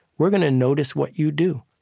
we're going to notice what you do.